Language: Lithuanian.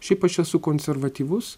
šiaip aš esu konservatyvus